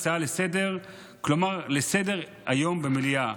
לסדר-היום במליאה.